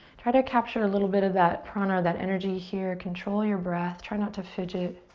try to capture a little bit of that prana, that energy here. control your breath. try not to fidget.